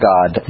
God